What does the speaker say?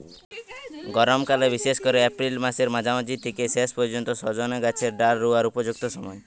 গরমকাল বিশেষ কোরে এপ্রিল মাসের মাঝামাঝি থিকে শেষ পর্যন্ত সজনে গাছের ডাল রুয়ার উপযুক্ত সময়